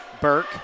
Burke